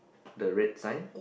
the red sign